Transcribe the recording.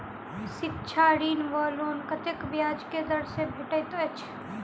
शिक्षा ऋण वा लोन कतेक ब्याज केँ दर सँ भेटैत अछि?